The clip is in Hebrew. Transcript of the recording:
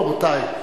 רבותי,